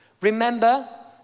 remember